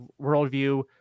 worldview